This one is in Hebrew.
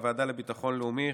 בוועדה לביטחון לאומי,